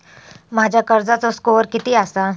माझ्या कर्जाचो स्कोअर किती आसा?